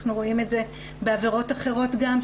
אנחנו רואים את זה בעבירות אחרות גם,